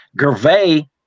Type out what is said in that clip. Gervais